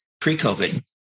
pre-COVID